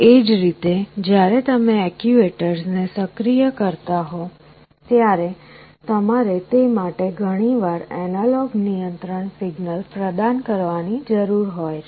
એ જ રીતે જ્યારે તમે એક્ચ્યુએટર્સ ને સક્રિય કરતા હો ત્યારે તમારે તે માટે ઘણીવાર એનાલોગ નિયંત્રણ સિગ્નલ પ્રદાન કરવાની જરૂર હોય છે